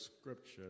scripture